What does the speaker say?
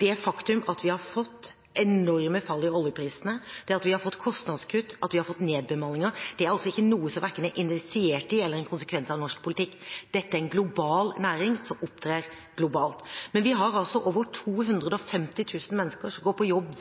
Det faktum at vi har fått enorme fall i oljeprisene, at vi har fått kostnadskutt, at vi har fått nedbemanninger, er ikke noe som verken er indisiert i eller en konsekvens av norsk politikk. Dette er en global næring som opptrer globalt. Men vi har over 250 000 mennesker som går på jobb